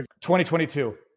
2022